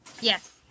Yes